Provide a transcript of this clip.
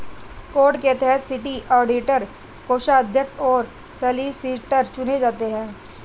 code के तहत city auditor, कोषाध्यक्ष और सॉलिसिटर चुने जाते हैं